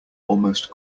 almost